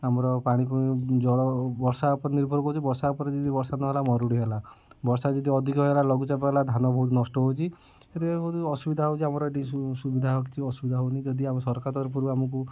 ଆମର ପାଣି ଜଳ ବର୍ଷା ଉପରେ ନିର୍ଭର କରୁଛୁ ବର୍ଷା ଉପରେ ଯଦି ବର୍ଷା ନ ହେଲା ଯଦି ମରୁଡି ହେଲା ବର୍ଷା ଯଦି ଅଧିକ ହେଲା ଲଘୁଚାପ ହେଲା ଧାନ ବହୁତୁ ନଷ୍ଟ ହେଉଛି ସେଥିପାଇଁ ବହୁତ ଅସୁବିଧା ହେଉଛି ଆମର ଏଠି ସୁବିଧା କିଛି ଅସୁବିଧା ହେଉନି ଯଦି ଆମ ସରକାର ତରଫରୁ ଆମକୁ